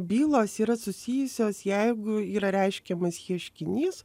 bylos yra susijusios jeigu yra reiškiamas ieškinys